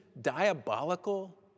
diabolical